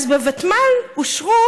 אז בוותמ"ל אושרו